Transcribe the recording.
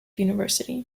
university